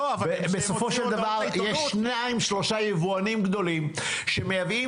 בסופו של דבר יש שניים-שלושה יבואנים גדולים שמייבאים